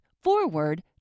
forward